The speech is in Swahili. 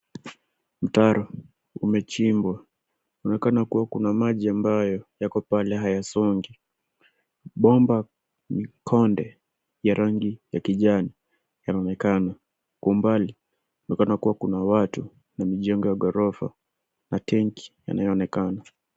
Mtaro umechimbwa. Unaonekana kuwa kuna maji ambayo yako pale hayasongi. Bomba konde ya rangi ya kijani yameonekana. Kwa umbali, kumeonekana kuwa kuna watu na mijengo ya ghorofa na tenki yanayoonekana.